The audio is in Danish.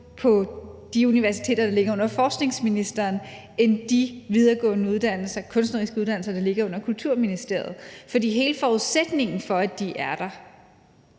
på de universiteter, der ligger under Uddannelses- og Forskningsministeriet, end på de videregående kunstneriske uddannelser, der ligger under Kulturministeriet. For hele forudsætningen for, at de er der,